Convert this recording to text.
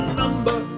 number